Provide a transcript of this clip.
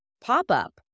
pop-up